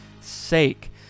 sake